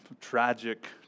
tragic